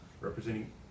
representing